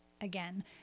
Again